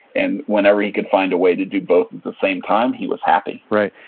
and whenever he could find a way to do both at the same time, he was happy right.